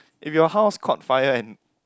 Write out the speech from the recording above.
if your house caught fire and